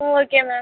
okay ma'am